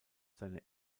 seine